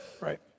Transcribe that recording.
Right